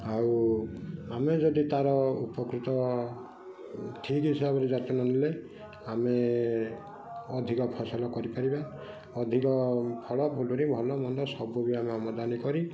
ଆଉ ଆମେ ଯଦି ତା'ର ଉପକୃତ ଠିକ୍ ହିସାବରେ ଯାଚି ନନେଲେ ଆମେ ଅଧିକ ଫସଲ କରିପାରିବା ଅଧିକ ଫଳ ଫୁଲୁରି ଭଲ ମନ୍ଦ ସବୁ ବି ଆମେ ଆମଦାନୀ କରି